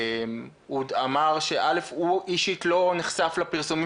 הוא אמר שהוא אישית לא נחשף לפרסומים